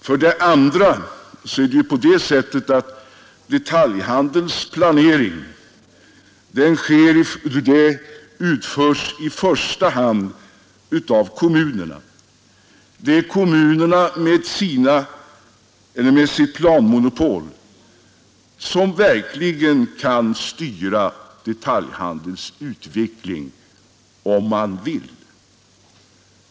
För det andra utförs ju detaljhandelns planering främst av kommunerna. Det är kommunerna med sitt planmonopol som verkligen kan styra detaljhandelns utveckling — om man vill.